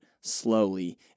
slowly